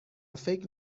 فکر